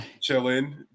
chilling